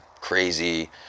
crazy